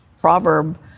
proverb